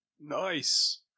Nice